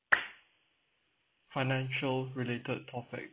financial related topic